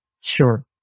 sure